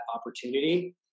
opportunity